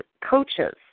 coaches